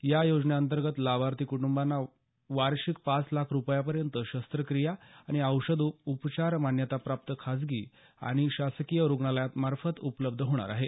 या योजनेअंतर्गत लाभार्थी कुटंबांना वार्षीक पाच लाख रूपयांपर्यंत शस्त्रक्रिया आणि औषध उपचार मान्याताप्राप्त खासगी आणि शासकिय रूग्णालयात मार्फत उपलब्ध होणार आहेत